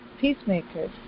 peacemakers